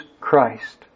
Christ